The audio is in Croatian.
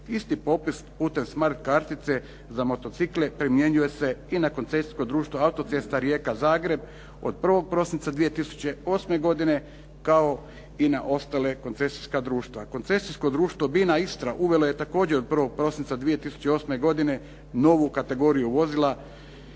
Isti popust putem smart kartice za motocikle primjenjuje se i na koncesijsko društvo Autocesta Rijeka-Zagreb od 1. prosinca 2008. godine, kao i na ostala koncesijska društva. Koncesijsko društvo Bina-Istra uvelo je također od 1. prosinca 2008. godine novu kategoriju vozila